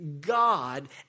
God